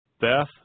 Beth